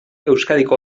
euskadiko